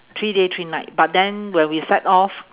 three day three night but then when we set off